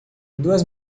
duas